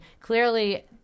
clearly